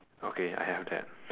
okay I have that